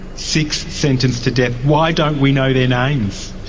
six sentenced to death. why don't we know their names?